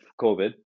COVID